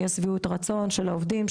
יש שביעות רצון של העובדים,